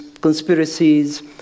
conspiracies